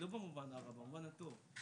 לא במובן הרע, במובן הטוב?